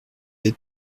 êtes